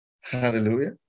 Hallelujah